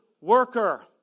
worker